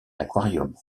aquarium